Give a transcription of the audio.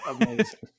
Amazing